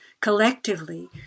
collectively